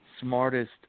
smartest